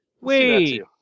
Wait